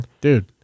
dude